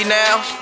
now